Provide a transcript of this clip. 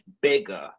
bigger